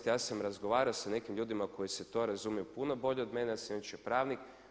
Ja sam razgovarao sa nekim ljudima koji se u to razumiju puno bolje od mene, ja sam inače pravnik.